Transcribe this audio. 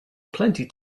plenty